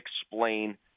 explain